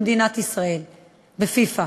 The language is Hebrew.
בפיפ"א,